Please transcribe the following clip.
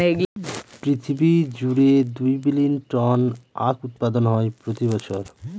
পৃথিবী জুড়ে দুই বিলীন টন আখ উৎপাদন হয় প্রতি বছর